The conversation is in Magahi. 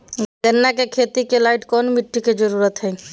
गन्ने की खेती के लाइट कौन मिट्टी की जरूरत है?